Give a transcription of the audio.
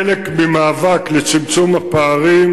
חלק ממאבק לצמצום הפערים,